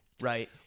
right